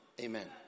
Amen